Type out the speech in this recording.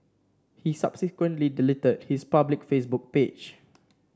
he subsequently deleted his public Facebook page